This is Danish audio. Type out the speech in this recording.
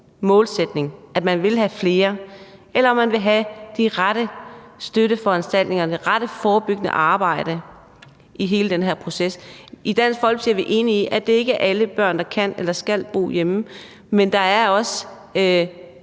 målsætning, at man vil have flere, eller vil man have de rette støtteforanstaltninger, det rette forebyggende arbejde i hele den her proces? I Dansk Folkeparti er vi enige i, at det ikke er alle børn, der kan eller skal bo hjemme, men der er også